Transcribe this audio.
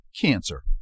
Cancer